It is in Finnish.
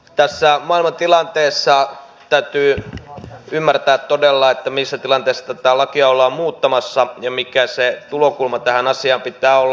tässä maailmantilanteessa täytyy ymmärtää todella missä tilanteessa tätä lakia ollaan muuttamassa ja minkä sen tulokulman tähän asiaan pitää olla